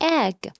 egg